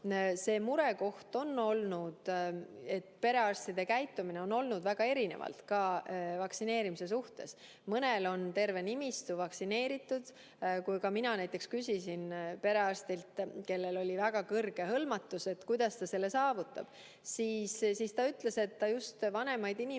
oma. See mure on olnud, et perearstide käitumine on olnud väga erinev ka vaktsineerimise osas. Mõnel on terve nimistu vaktsineeritud. Kui mina küsisin perearstilt, kellel oli väga kõrge hõlmatus, kuidas ta selle on saavutanud, siis ta ütles, et ta just vanemaid inimesi